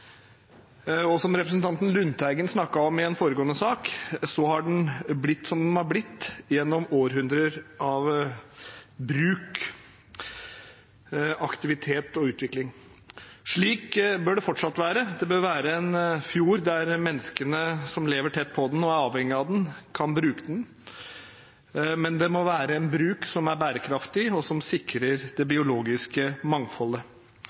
Og som representanten Lundteigen snakket om i en foregående sak, har den blitt som den har blitt, gjennom århundrer av bruk, aktivitet og utvikling. Slik bør det fortsatt være. Det bør være en fjord der menneskene som lever tett på den og er avhengige av den, kan bruke den, men det må være en bruk som er bærekraftig, og som sikrer det biologiske mangfoldet.